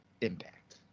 impact